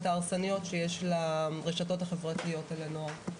ההרסניות שיש לרשתות החברתיות על הנוער.